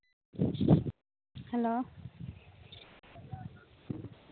hello